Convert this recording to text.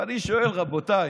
ואני שואל, רבותיי,